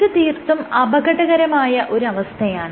ഇത് തീർത്തും അപകടകരമായ ഒരു അവസ്ഥയാണ്